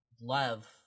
love